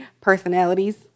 personalities